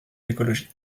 l’écologie